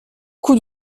coup